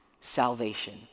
salvation